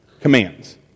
commands